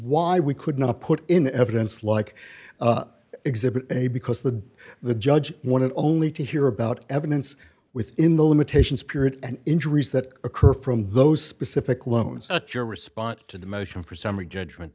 why we could not put in evidence like exhibit a because the the judge one of only to hear about evidence within the limitations period and injuries that occur from those specific loans your response to the motion for summary judgment